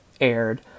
aired